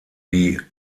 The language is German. die